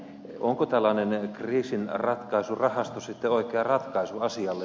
onko tällainen kriisinratkaisurahasto sitten oikea ratkaisu asialle